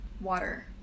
water